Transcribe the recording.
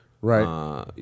Right